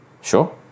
sure